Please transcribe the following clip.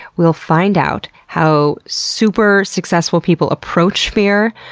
we'll find out how super successful people approach fear.